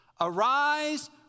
Arise